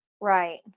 Right